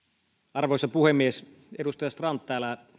arvoisa puhemies edustaja strand täällä minusta